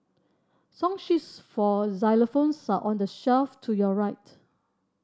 song sheets for xylophones are on the shelf to your right